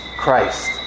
Christ